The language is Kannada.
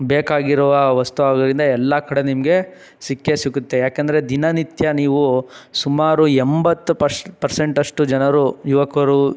ಬೇಕಾಗಿರುವ ವಸ್ತು ಎಲ್ಲ ಕಡೆ ನಿಮಗೆ ಸಿಕ್ಕೇ ಸಿಗುತ್ತೆ ಯಾಕಂದರೆ ದಿನನಿತ್ಯ ನೀವು ಸುಮಾರು ಎಂಬತ್ತು ಪರ್ಸ್ ಪರ್ಸೆಂಟಷ್ಟು ಜನರು ಯುವಕರು